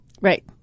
Right